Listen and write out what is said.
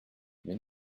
mais